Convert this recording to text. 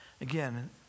Again